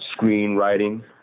screenwriting